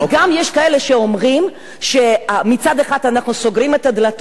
יש כאלה שאומרים שמצד אחד אנחנו סוגרים את הדלתות,